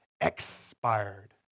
expired